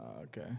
okay